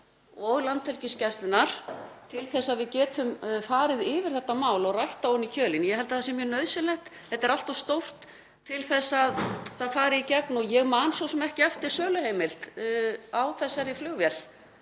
og Landhelgisgæslunnar til þess að við getum farið yfir þetta mál og rætt það ofan í kjölinn. Ég held að það sé mjög nauðsynlegt. Þetta er allt of stórt til þess að það fari í gegn og ég man svo sem ekki eftir söluheimild vegna þessarar flugvélar